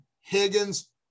Higgins